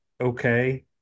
okay